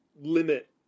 limit